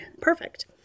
perfect